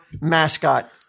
mascot